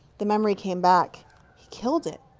the memory came back. he killed it!